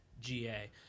GA